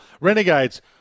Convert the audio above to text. Renegades